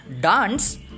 dance